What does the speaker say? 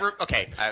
okay